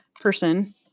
person